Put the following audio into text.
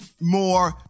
more